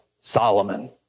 Solomon